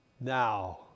Now